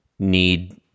need